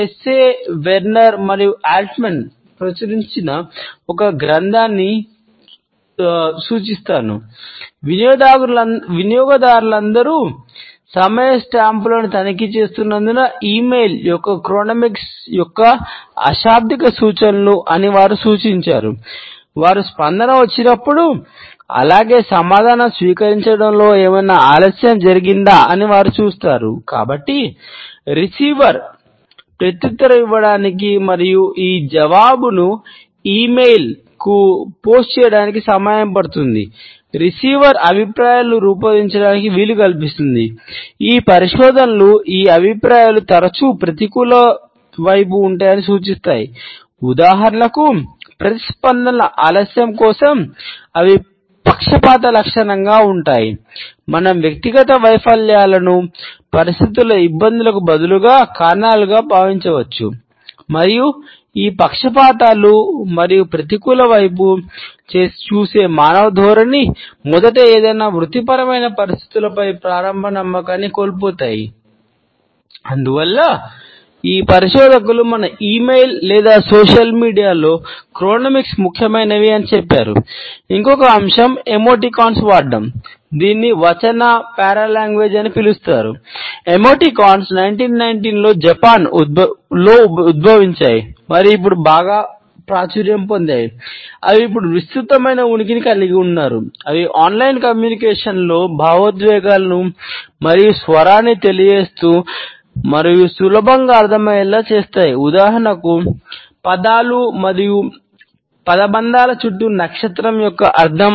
ఎమోటికాన్లు వ్రాసే విషయం అరవడంతో సమానం